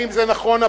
האם זה נכון,